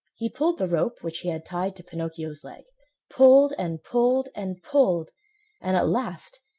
he pulled the rope which he had tied to pinocchio's leg pulled and pulled and pulled and, at last,